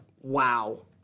Wow